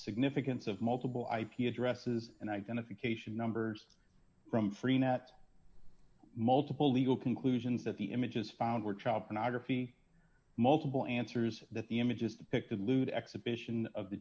significance of multiple ip addresses and identification numbers from freenet multiple legal conclusions that the images found were child pornography multiple answers that the images depicted lewd exhibition of the